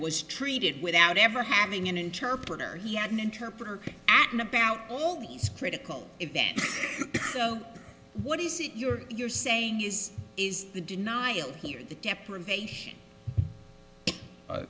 was treated without ever having an interpreter he had an interpreter at and about these critical events so what is it you're you're saying is the denial here the deprivation